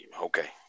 Okay